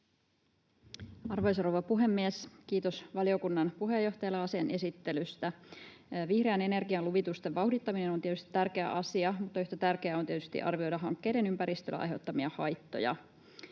Arvoisa rouva puhemies! Kiitos valiokunnan puheenjohtajalle asian esittelystä. Vihreän energian luvitusten vauhdittaminen on tietysti tärkeä asia, mutta yhtä tärkeää on tietysti arvioida hankkeiden ympäristölle aiheuttamia haittoja.